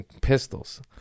pistols